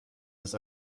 ist